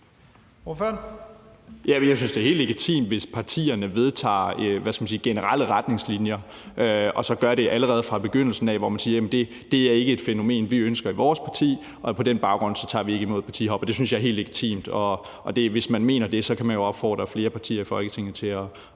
Jeg synes, det er helt legitimt, hvis partierne vedtager generelle retningslinjer og man så allerede fra begyndelsen af siger, at det ikke er et fænomen, man ønsker i sit parti, og at man på den baggrund ikke tager imod partihoppere. Det synes jeg er helt legitimt, og hvis man mener det, kan man jo opfordre flere partier i Folketinget til at